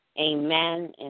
Amen